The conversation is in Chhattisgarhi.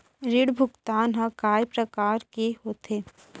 ऋण भुगतान ह कय प्रकार के होथे?